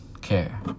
care